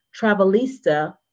Travelista